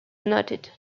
noted